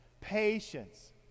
patience